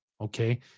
okay